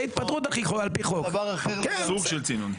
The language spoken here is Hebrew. זה סוג של צינון.